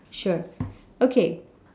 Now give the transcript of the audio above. sure okay